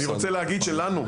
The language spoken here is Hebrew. אני רוצה להגיד שלנו,